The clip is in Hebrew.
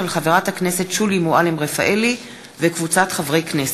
של חברת הכנסת שולי מועלם-רפאלי וקבוצת חברי הכנסת.